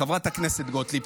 חברת הכנסת גוטליב,